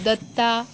Datta